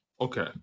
Okay